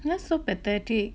that's so pathetic